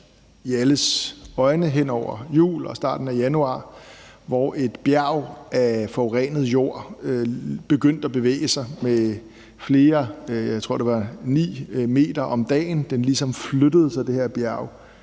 alles øjne hen over julen og i starten af januar, hvor et bjerg af forurenet jord begyndte at bevæge sig med flere meter om dagen – jeg tror det var 9 m, det her bjerg